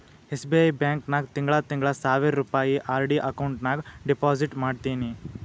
SBI bank ನಾಗ್ ತಿಂಗಳಾ ತಿಂಗಳಾ ಸಾವಿರ್ ರುಪಾಯಿ ಆರ್.ಡಿ ಅಕೌಂಟ್ ನಾಗ್ ಡೆಪೋಸಿಟ್ ಮಾಡ್ತೀನಿ